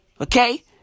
Okay